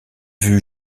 vue